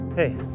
Hey